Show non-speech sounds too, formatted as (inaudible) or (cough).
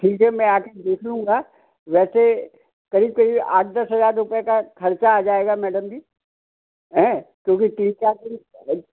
ठीक है मैं आज देख लूँगा वैसे क़रीब क़रीब आठ दस हज़ार रुपये का ख़र्चा आ जाएगा मैडम जी हैं क्योंकि तीन चार दिन (unintelligible)